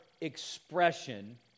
expression